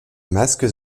masques